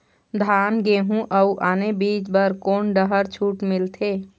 धान गेहूं अऊ आने बीज बर कोन डहर छूट मिलथे?